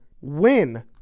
win